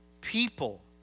People